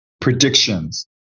predictions